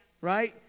Right